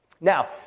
Now